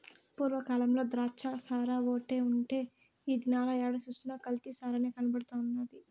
పూర్వ కాలంల ద్రాచ్చసారాఓటే ఉండే ఈ దినాల ఏడ సూసినా కల్తీ సారనే కనబడతండాది